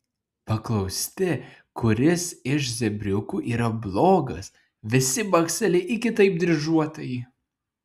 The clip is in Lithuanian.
paklausti kuris iš zebriukų yra blogas visi baksteli į kitaip dryžuotąjį